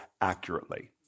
accurately